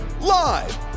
live